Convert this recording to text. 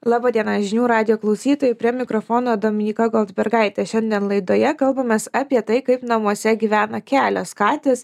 laba diena žinių radijo klausytojai prie mikrofono dominyka goldbergaitė šiandien laidoje kalbamės apie tai kaip namuose gyvena kelios katės